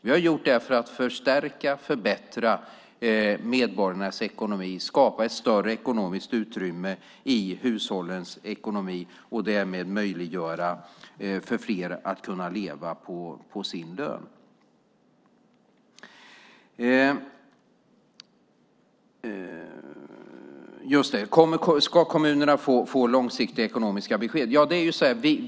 Vi har gjort skattesänkningar för att förstärka och förbättra medborgarnas ekonomi, skapa ett större ekonomiskt utrymme för hushållen och därmed möjliggöra för fler att leva på sin lön. Ska kommunerna få långsiktiga ekonomiska besked, frågades det.